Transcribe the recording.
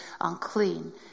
unclean